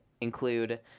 include